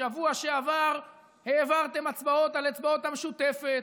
בשבוע שעבר העברתם הצבעות על אצבעות המשותפת,